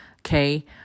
okay